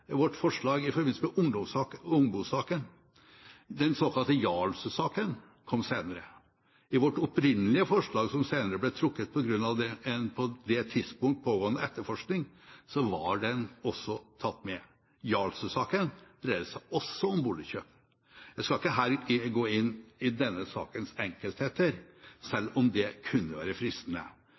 vårt forslag i forbindelse med Ungbo-saken. Den såkalte Jarlsø-saken kom senere. I vårt opprinnelige forslag, som senere ble trukket på grunn av en på det tidspunktet pågående etterforskning, var den også tatt med. Jarlsø-saken dreier seg også om boligkjøp. Jeg skal ikke her gå inn i denne sakens enkeltheter, selv om det kunne vært fristende.